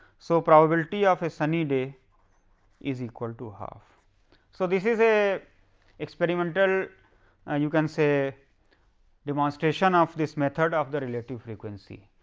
so, probability of a sunny day is equal to half so this is the ah experimental, and you can say demands station of this method of the relative frequency.